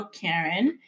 karen